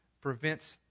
prevents